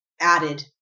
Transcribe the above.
added